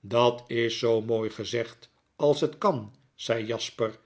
dat is zoo mooi gezegd als het kan zei jasper